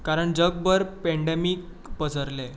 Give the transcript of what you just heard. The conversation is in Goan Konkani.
कारण जगभर पॅन्डेमीक पसरलें